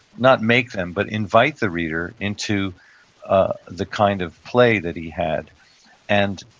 not make them, but invite the reader into the kind of play that he had and